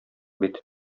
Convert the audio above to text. бит